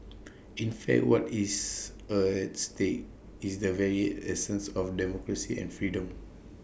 in fact what is A stake is the very essence of democracy and freedom